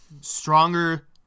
stronger